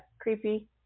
creepy